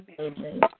Amen